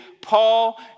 Paul